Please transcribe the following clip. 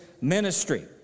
ministry